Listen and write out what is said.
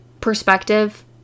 perspective